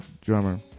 drummer